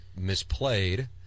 misplayed